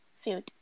field